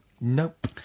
Nope